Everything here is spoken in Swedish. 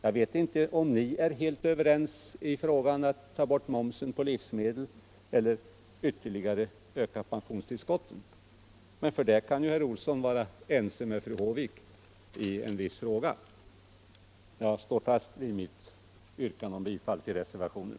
Jag vet inte om ni är helt överens i frågan om att ta bort momsen på livsmedel eller om att ytterligare öka pensionstillskotten, men för det kan ju herr Olsson vara ense med fru Håvik i en viss fråga. Jag står fast vid mitt yrkande om bifall till reservationen.